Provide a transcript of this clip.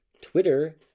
Twitter